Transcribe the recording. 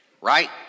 Right